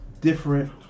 different